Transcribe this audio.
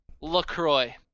Lacroix